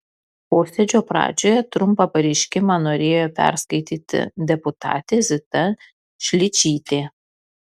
posėdžio pradžioje trumpą pareiškimą norėjo perskaityti deputatė zita šličytė